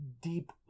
deep